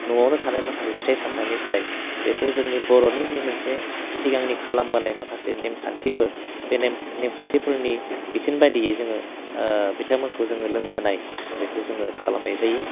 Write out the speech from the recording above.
न'आवनो थानाय माखासे फिथाइ सामथायनिफ्राय बेखौ जोंनि बर'नि जि मोनसे सिगांनि खालामबोनाय माखासे नेम खान्थिफोर बे नेम खान्थिफोरनि बिथोन बायदियै जोङो बिथांमोनखौ जोङो लोंहोनाय बेखौ जोङो खालामनाय जायो